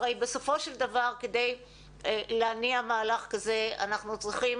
הרי בסופו של דבר כדי להניע מהלך כזה אנחנו צריכים